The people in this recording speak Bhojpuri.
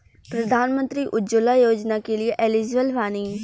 प्रधानमंत्री उज्जवला योजना के लिए एलिजिबल बानी?